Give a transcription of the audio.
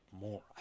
more